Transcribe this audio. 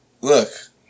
look